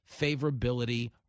favorability